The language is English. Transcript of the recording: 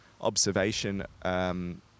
observation